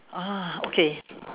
ah okay